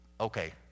okay